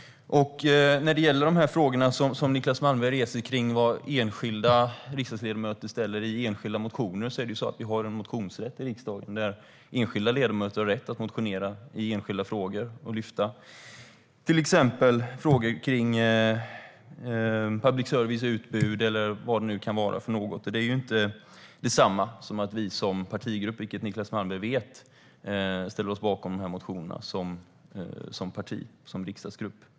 När det gäller frågorna som Niclas Malmberg reser kring vad enskilda riksdagsledamöter skriver i enskilda motioner har vi en motionsrätt i riksdagen där enskilda ledamöter har rätt att motionera i enskilda frågor och lyfta till exempel frågor kring public services utbud eller vad det nu kan vara för något. Det är inte detsamma, vilket Niclas Malmberg vet, som att vi som partigrupp ställer oss bakom de här motionerna som riksdagsgrupp.